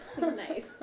Nice